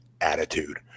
attitude